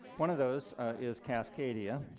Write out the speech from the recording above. one of those is cascadia.